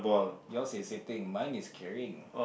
yours is sitting mine is carrying